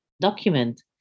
document